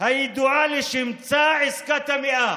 הידועה לשמצה, עסקת המאה.